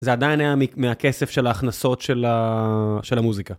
זה עדיין היה מהכסף של ההכנסות של המוזיקה.